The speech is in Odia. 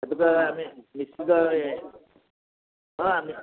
ସେଥିପାଇଁ ଆମେ ନିଶ୍ଚିତ ଭାବେ ହଁ ଆମେ